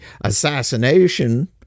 assassination